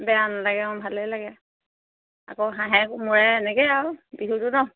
বেয়া নালাগে অঁ ভালেই লাগে আকৌ হাঁহে কোমোৰাই এনেকে আৰু বিহুটো ন